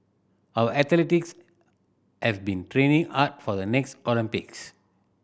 our athletes have been training hard for the next Olympics